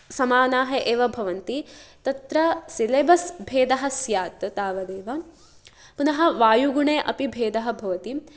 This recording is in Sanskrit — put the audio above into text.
समानाः एव भवन्ति तत्र सिलेबस् भेदः स्यात् तावदेव पुनः वायुगुणे अपि भेदः भवति